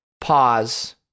pause